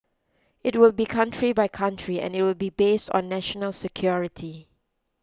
it will be country by country and it will be based on national security